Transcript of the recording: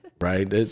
Right